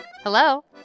Hello